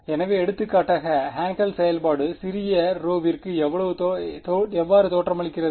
எனவே எடுத்துக்காட்டாக ஹான்கல் செயல்பாடு சிறிய ρ விற்கு எவ்வாறு தோற்றமளிக்கிறது